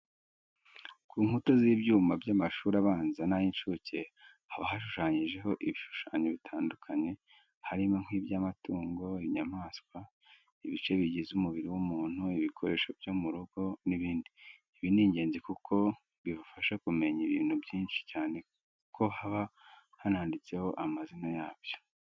Ku nkuta z'ibyumba by'amashuri abanza n'ay'incuke haba hashushanyijeho ibishushanyo bitandukanye harimo nk'iby'amatungo, inyamaswa, ibice bigize umubiri w'umuntu, ibikoresho byo mu rugo n'ibindi. Ibi ni ingenzi kuko bibafasha kumenya ibintu byinshi cyane ko haba hananditseho n'amazina yabyo.